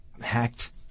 hacked